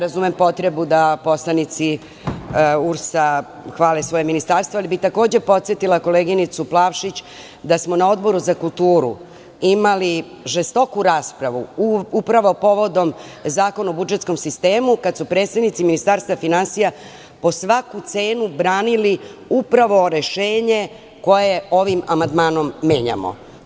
Razumem potrebu da poslanici URS hvale svoje ministarstvo, ali bih takođe podsetila koleginicu Plavšić da smo na Odboru za kulturu imali žestoku raspravu upravo povodom Zakona o budžetskom sistemu, kada su predstavnici Ministarstva finansija po svaku cenu branili upravo rešenje koje ovim amandmanom menjamo.